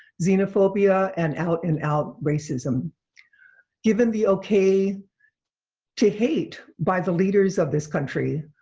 xenophobia and out-and-out racism given the okay to hate by the leaders of this country,